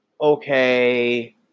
Okay